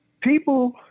People